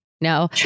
No